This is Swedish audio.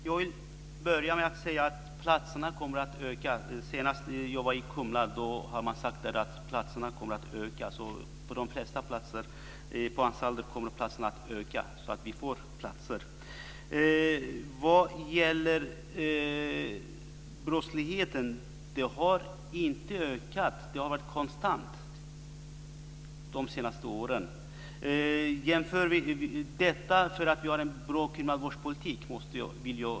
Fru talman! Jag vill börja med att säga att antalet platser kommer att öka. Senast när jag var på Kumla sade man att antalet platser kommer att öka. På de flesta anstalter kommer antalet platser att öka. Brottsligheten har inte ökat. Den har varit konstant de senaste åren. Det beror på att vi har en bra kriminalvårdspolitik.